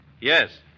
Yes